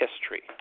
history